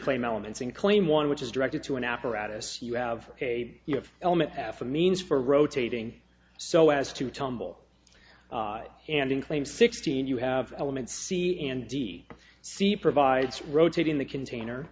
claim elements in claim one which is directed to an apparatus you have a you have element half a means for rotating so as to tumble and in claim sixteen you have elements c and d c provides rotating the container